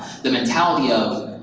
the mentality of,